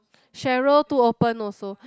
Cheryl too open also